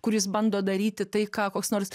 kur jis bando daryti tai ką koks nors